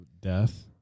death